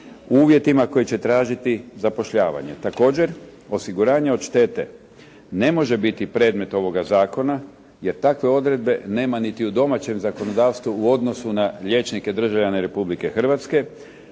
uvjetima koji će tražiti zapošljavanje. Također osiguranje od štete ne može biti predmet ovoga zakona jer takve odredbe nema niti u domaćem zakonodavstvu u odnosu na liječnike